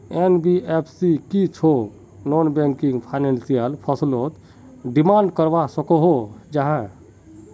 NBFC की छौ non banking financial फसलोत डिमांड करवा सकोहो जाहा?